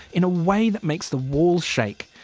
in a way that makes the walls shake.